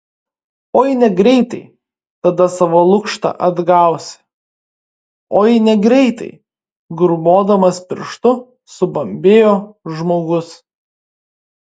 oi negreitai tada savo lukštą atgausi oi negreitai grūmodamas pirštu subambėjo žmogus